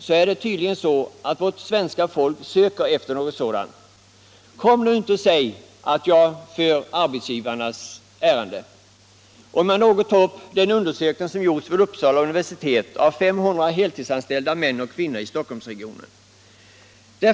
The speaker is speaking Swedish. Det är tydligt att det svenska folket söker efter en bättre livskvalitet. Kom nu inte och säg att jag går arbetsgivarnas ärenden, om jag något berör den undersökning som gjorts vid Uppsala universitet av 500 heltidsanställda män och kvinnor i Stockholmsregionen.